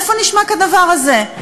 איפה נשמע כדבר הזה?